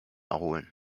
erholen